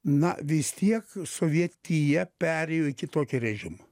na vis tiek sovietija perėjo į kitokį režimą